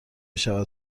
میشود